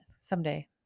someday